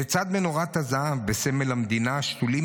לצד מנורת הזהב בסמל המדינה שתולים,